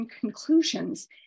conclusions